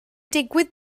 digwydd